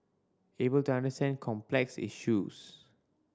able to understand complex issues